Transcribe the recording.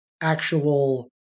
actual